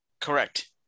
Correct